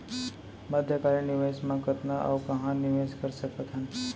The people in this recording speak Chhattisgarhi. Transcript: मध्यकालीन निवेश म कतना अऊ कहाँ निवेश कर सकत हन?